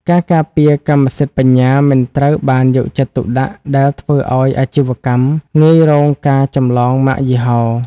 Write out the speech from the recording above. ការការពារកម្មសិទ្ធិបញ្ញា មិនត្រូវបានយកចិត្តទុកដាក់ ដែលធ្វើឱ្យអាជីវកម្មងាយរងការចម្លងម៉ាកយីហោ។